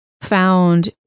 found